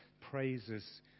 praises